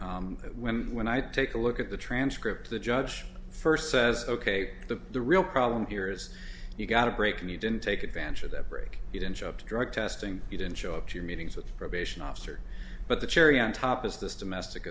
that when i take a look at the transcript the judge first says ok the the real problem here is you got a break and you didn't take advantage of that break you didn't show up to drug testing you didn't show up to meetings with the probation officer but the cherry on top is this domestic